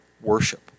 worship